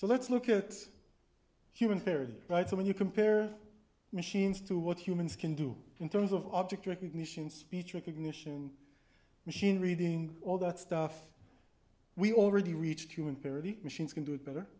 parity right so when you compare machines to what humans can do in terms of object recognition speech recognition machine reading all that stuff we already reached human parity machines can do it better